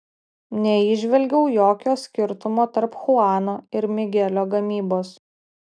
neįžvelgiau jokio skirtumo tarp chuano ir migelio gamybos